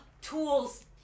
tools